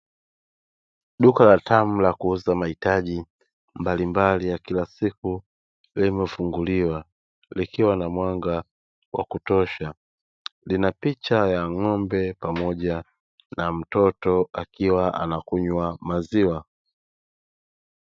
Duka la tamu la kuuza mahitaji mbalimbali ya kila siku lililofunguliwa likiwa na mwanga wa kutosha, lina picha ya ng'ombe pamoja na mtoto akiwa anakunywa maziwa.